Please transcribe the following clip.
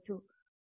ఇది మరియు ఇది